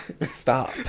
stop